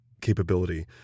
capability